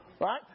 Right